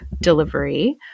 delivery